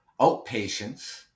outpatients